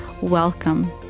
Welcome